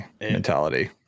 mentality